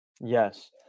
Yes